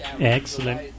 Excellent